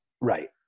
right